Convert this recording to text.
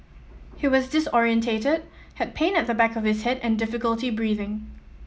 he was disorientated had pain at the back of his head and difficulty breathing